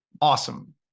Awesome